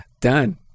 Done